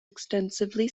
extensively